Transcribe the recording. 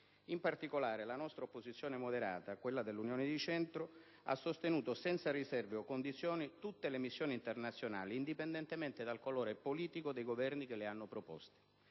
In particolare, la nostra opposizione moderata, quella dell'Unione di Centro, ha sostenuto senza riserve o condizioni tutte le missioni internazionali, indipendentemente dal colore politico dei Governi che le hanno promosse.